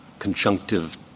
conjunctive